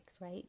right